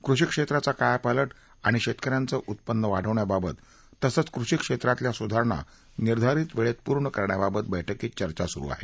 कृषीक्षेत्राचा कायापालट आणि शेतक यांचं उत्पन्न वाढवण्याबाबत तसंच कृषीक्षेत्रातल्या सुधारणा निर्धारित वेळेत पूर्ण करण्याबाबत बैठकीत चर्चा सुरू आहे